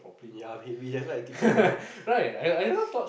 ya I'm heavyt that's why I'm thinking also